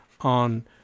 on